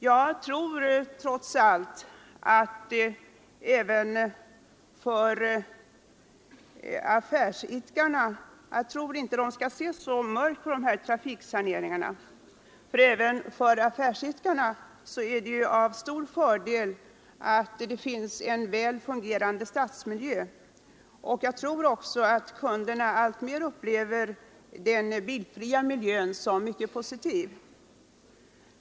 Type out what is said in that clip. Jag tror trots allt att affärsidkarna inte behöver se så mörkt på dessa trafiksaneringar, ty även för affärsidkarna är det en stor fördel att det finns en väl fungerande stadsmiljö. Jag tror också att kunderna alltmer upplever den bilfria miljön som mycket positiv.